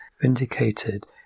vindicated